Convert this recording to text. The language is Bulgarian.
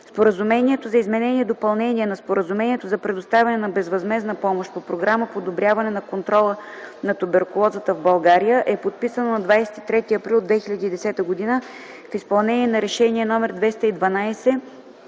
Споразумението за изменение и допълнение на Споразумението за предоставяне на безвъзмездна помощ по Програма „Подобряване на контрола на туберкулозата в България” е подписана на 23 април 2010 г. в изпълнение на Решение № 212